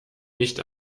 nicht